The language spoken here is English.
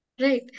Right